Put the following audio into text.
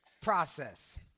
process